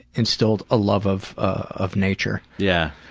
instilled a love of of nature. yeah